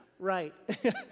Right